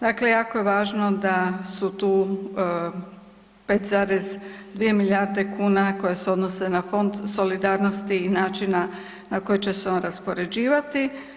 Dakle, jako je važno da su tu 5,2 milijarde kuna koje se odnose na Fond solidarnosti i načina na koji će se on raspoređivati.